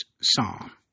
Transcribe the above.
Psalm